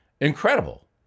Incredible